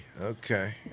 Okay